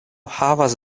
havas